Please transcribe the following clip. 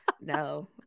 no